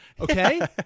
okay